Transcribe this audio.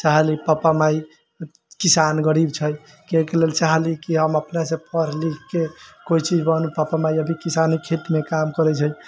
की चाहेली पप्पा माई किसान गरीब छै एहिके लेल चाहली की हम अपने से पढ़ लिखके कोइ चीज बन पप्पा माई अभी किसानी खेत मे काम करै छै